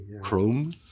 Chrome